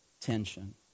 tension